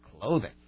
clothing